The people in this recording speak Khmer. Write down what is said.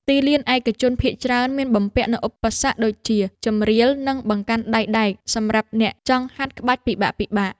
ទីលានឯកជនភាគច្រើនមានបំពាក់នូវឧបសគ្គដូចជា ជម្រាល និងបង្កាន់ដៃដែក សម្រាប់អ្នកចង់ហាត់ក្បាច់ពិបាកៗ។